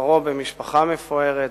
שכרו במשפחה מפוארת,